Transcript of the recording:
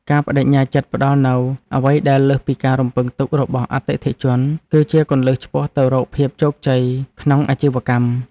ការប្តេជ្ញាចិត្តផ្តល់នូវអ្វីដែលលើសពីការរំពឹងទុករបស់អតិថិជន គឺជាគន្លឹះឆ្ពោះទៅរកភាពជោគជ័យក្នុងអាជីវកម្ម។